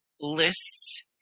lists